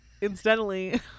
incidentally